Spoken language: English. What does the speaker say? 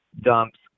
dumps